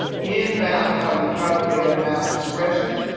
in math, how we calculate a math expression.